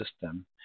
system